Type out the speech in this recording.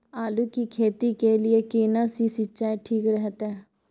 आलू की खेती के लिये केना सी सिंचाई ठीक रहतै?